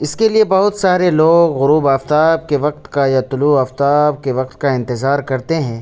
اس کے لیے بہت سارے لوگ غروب آفتاب کے وقت کا یا طلوع آفتاب کے وقت کا انتظار کرتے ہیں